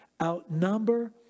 outnumber